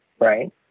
right